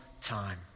time